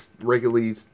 regularly